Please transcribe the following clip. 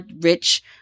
rich